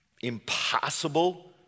impossible